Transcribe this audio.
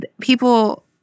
people